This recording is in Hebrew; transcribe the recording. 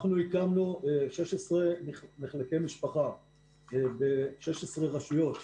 אנחנו הקמנו 16 מחלקי משפחה ב-16 רשויות,